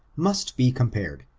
must be compared,